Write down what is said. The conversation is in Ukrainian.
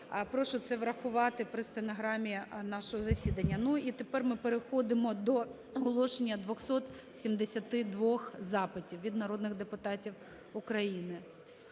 Прошу це врахувати при стенограмі нашого засідання. Ну і тепер ми переходимо до оголошення 272 запитів від народних депутатів України: